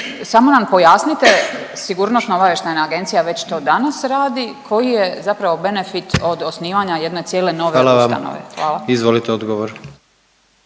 samo nam pojasnite sigurnosno-obavještajna agencija već to danas radi, koji je zapravo benefit od osnivanja jedne cijele nove …/Upadica: Hvala vam./… ustanove.